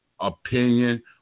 opinion